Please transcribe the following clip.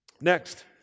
next